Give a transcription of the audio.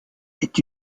est